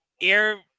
air